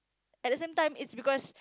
at the same time it's because